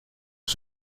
que